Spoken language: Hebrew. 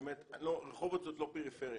רחובות זאת לא פריפריה,